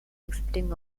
accepting